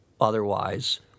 otherwise